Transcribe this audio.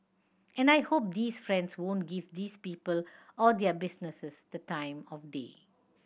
and I hope these friends won't give these people or their businesses the time of day